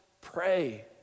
pray